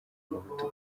abahutu